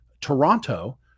Toronto